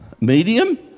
medium